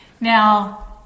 Now